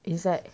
inside